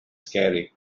scary